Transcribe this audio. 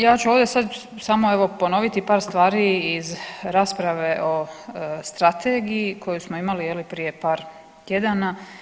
Ja ću ovdje sad evo samo ponoviti par stvari iz rasprave o strategiji koju smo imali je li prije par tjedana.